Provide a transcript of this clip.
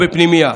או בפנימייה.